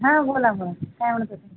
हा बोला बोला काय म्हणता तर